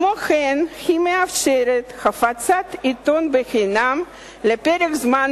כמו כן היא מאפשרת הפצת עיתון בחינם לפרק זמן